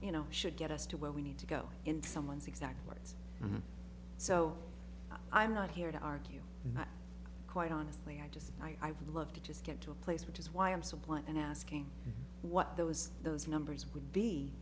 you know should get us to where we need to go in someone's exact words so i'm not here to argue and quite honestly i just i would love to just get to a place which is why i'm supply and asking what those those numbers would be